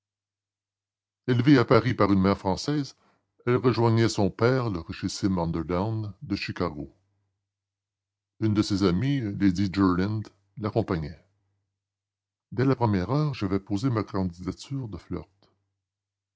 à paris par une mère française elle rejoignait son père le richissime underdown de chicago une de ses amies lady jerland l'accompagnait dès la première heure j'avais posé ma candidature de flirt